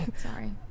sorry